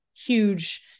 huge